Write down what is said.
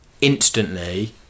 instantly